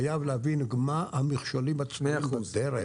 חייב להבין מה המכשולים באמצע הדרך.